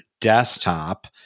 Desktop